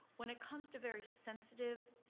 when it comes to very sensitive,